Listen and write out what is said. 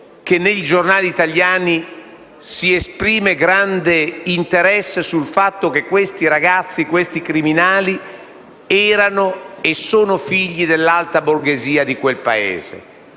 che nei giornali italiani si esprime grande interesse sul fatto che questi criminali fossero e sono figli dell'alta borghesia di quel Paese.